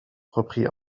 reprit